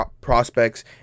prospects